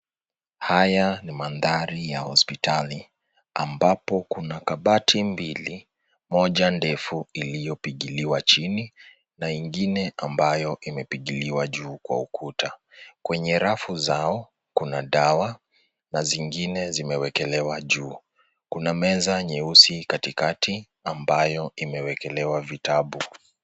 Haya ni mandhari ya hospitali ambapo kuna kabati mbili moja ndefu iliyopigiliwa chini na ingine ambayo imepigiliwa juu kwa ukuta. Kwenye rafu zao kuna dawa na zingine zimewekelea juu. Kuna meza nyeusi katikati ambayo imewekelewa vitabu.